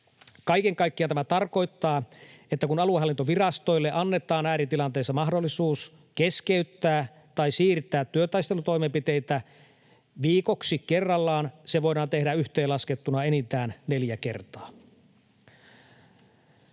Kaiken kaikkiaan tämä tarkoittaa, että kun aluehallintovirastoille annetaan ääritilanteissa mahdollisuus keskeyttää tai siirtää työtaistelutoimenpiteitä viikoksi kerrallaan, se voidaan tehdä yhteenlaskettuna enintään neljä kertaa.